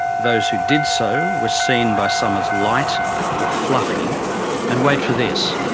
those who did so were seen by some as light or fluffy and, wait for this,